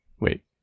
Wait